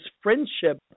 friendship